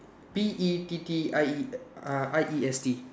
P E T T I E uh I E S T